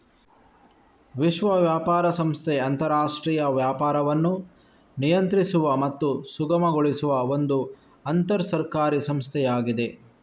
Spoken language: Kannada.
ವಿಶ್ವ ವ್ಯಾಪಾರ ಸಂಸ್ಥೆ ಅಂತರಾಷ್ಟ್ರೀಯ ವ್ಯಾಪಾರವನ್ನು ನಿಯಂತ್ರಿಸುವ ಮತ್ತು ಸುಗಮಗೊಳಿಸುವ ಒಂದು ಅಂತರ ಸರ್ಕಾರಿ ಸಂಸ್ಥೆಯಾಗಿದೆ